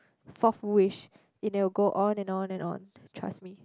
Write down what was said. fourth wish it will go on and on and on trust me